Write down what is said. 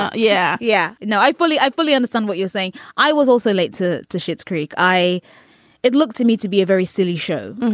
yeah. yeah. yeah no i fully i fully understand what you're saying. i was also late to to shit's creek. i it looked to me to be a very silly show.